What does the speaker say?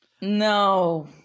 No